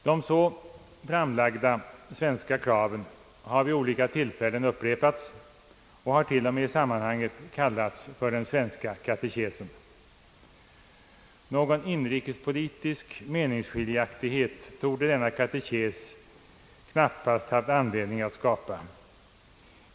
De så framlagda svenska kraven har vid olika tillfällen upprepats och har t.o.m. i sammanhanget kallats för den svenska katekesen. Någon inrikespolitisk meningskiljaktighet torde denna katekes knappast haft anledning att skapa.